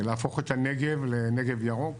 להפוך את הנגב לנגב ירוק,